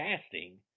casting